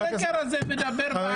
הסקר הזה מדבר בעד עצמו.